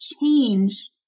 change